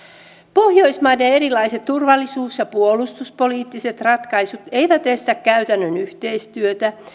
pohjoismaiden erilaiset turvallisuus ja puolustuspoliittiset ratkaisut eivät estä käytännön yhteistyötä